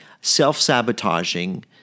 self-sabotaging